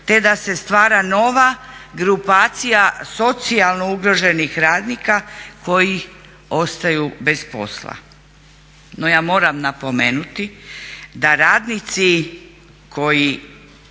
te da se stvara nova grupacija socijalno ugroženih radnika koji ostaju bez posla. No ja moram napomenuti da radnici koji